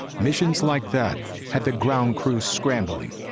missions like that had the ground crews scrambling,